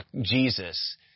Jesus